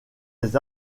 des